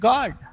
God